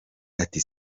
ati